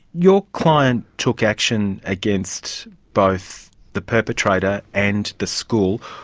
your client took action against both the perpetrator and the school.